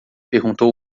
perguntou